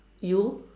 you